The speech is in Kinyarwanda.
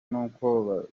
n’uko